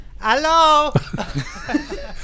Hello